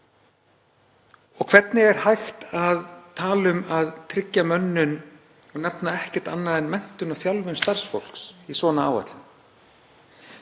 Hvernig er hægt að tala um að tryggja mönnun og nefna ekkert annað en menntun og þjálfun starfsfólks í svona áætlun?